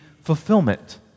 fulfillment